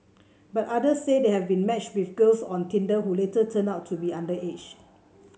but others say they have been matched with girls on Tinder who later turned out to be underage